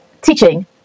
teaching